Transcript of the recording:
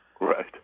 Right